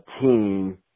team